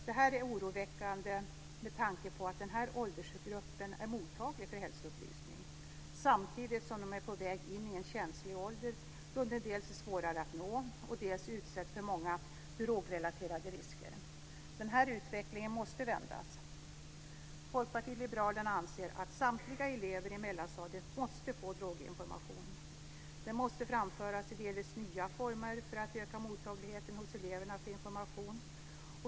Det här är oroväckande med tanke på att barn i den här åldersgruppen är mottagliga för hälsoupplysning, samtidigt som de är på väg in i en känslig ålder då de dels är svårare att nå, dels utsätts för många drogrelaterade risker. Den här utvecklingen måste vändas. Folkpartiet liberalerna anser att samtliga elever i mellanstadiet måste få droginformation. Den måste framföras i delvis nya former för att öka mottagligheten hos eleverna för information.